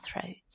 throats